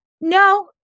No